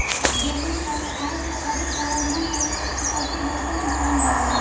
जेकरी लगे आय से अधिका कालाधन रहे उ सबके बहुते नुकसान भयल रहे